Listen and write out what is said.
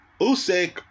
Usyk